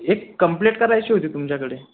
एक कंप्लेट करायची होती तुमच्याकडे